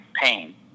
pain